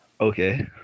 Okay